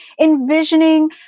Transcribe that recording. envisioning